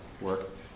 work